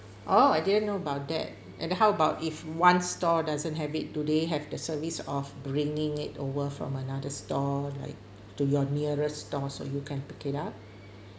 oh I didn't know about that and the how about if one store doesn't have it today have the service of bringing it over from another store right to your nearest store so you can pick it up